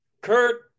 Kurt